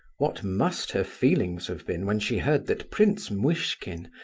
what must her feelings have been when she heard that prince muishkin,